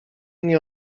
nie